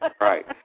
right